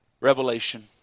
Revelation